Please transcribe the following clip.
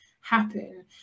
happen